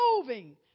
moving